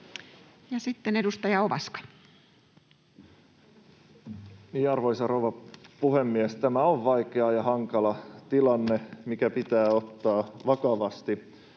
sitten edustaja Ovaska. Arvoisa rouva puhemies! Tämä on vaikea ja hankala tilanne, mikä pitää ottaa vakavasti.